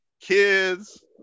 kids